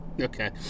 Okay